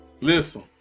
Listen